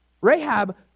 Rahab